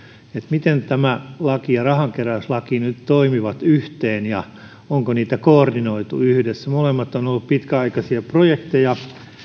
miten tämä laki ja rahankeräyslaki nyt toimivat yhteen ja onko niitä koordinoitu yhdessä molemmat ovat olleet pitkäaikaisia projekteja